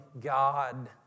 God